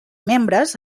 membres